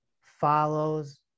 follows